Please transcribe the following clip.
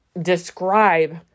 describe